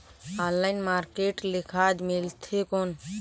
Online market ले खाद मिलथे कौन?